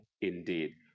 indeed